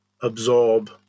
absorb